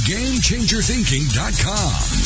GameChangerThinking.com